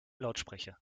lautsprecher